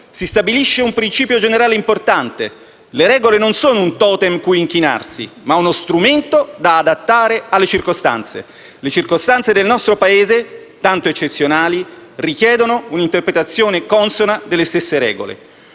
si stabilisce un principio generale importante: le regole non sono un totem cui inchinarsi, ma uno strumento da adattare alle circostanze. Le circostanze del nostro Paese, tanto eccezionali, richiedono un'interpretazione consona delle stesse regole.